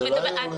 את מדברת עליי?